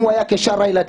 אם הוא היה כשאר הילדים,